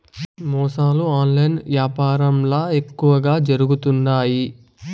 మోసాలు ఆన్లైన్ యాపారంల ఎక్కువగా జరుగుతుండాయి